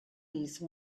these